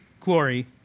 glory